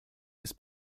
his